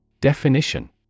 Definition